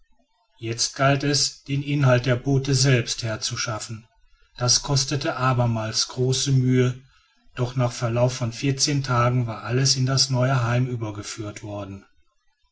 jetzt galt es den inhalt der boote selbst herzuschaffen das kostete abermals große mühe doch nach verlauf von vierzehn tagen war alles in das neue heim übergeführt worden